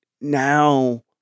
now